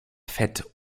fett